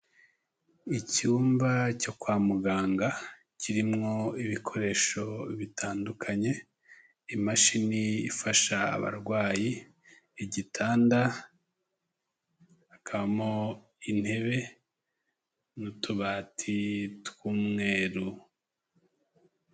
Icyumba cyo kwa muganga kirimo ibikoresho bitandukanye, imashini ifasha abarwayi, igitanda, hakabamo intebe n'utubati tw'umweru.